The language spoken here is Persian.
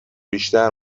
بیشتر